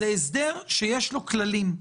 זה הסדר שיש לו כללים,